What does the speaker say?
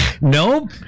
Nope